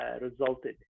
resulted